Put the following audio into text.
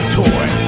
toy